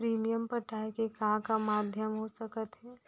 Premium पटाय के का का माधयम हो सकत हे?